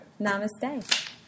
Namaste